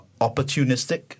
opportunistic